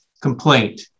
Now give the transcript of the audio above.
complaint